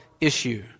issue